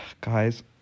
Guys